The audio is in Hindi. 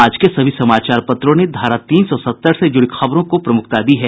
आज के सभी समाचार पत्रों ने धारा तीन सौ सत्तर से जुड़ी खबरों को प्रमुखता दी है